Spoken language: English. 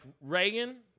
Reagan